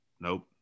Nope